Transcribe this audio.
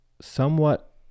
somewhat